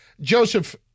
Joseph